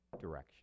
direction